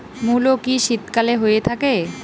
মূলো কি শীতকালে হয়ে থাকে?